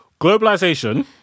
globalization